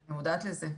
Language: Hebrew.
אני מודעת לזה.